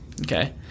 okay –